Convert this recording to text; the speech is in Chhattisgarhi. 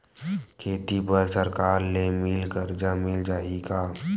खेती बर सरकार ले मिल कर्जा मिल जाहि का?